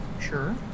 Sure